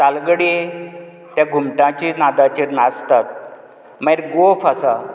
तालगडी ते घुमटाचे नादांचेर नाचतात मागीर गोफ आसा